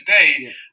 today